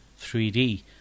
3D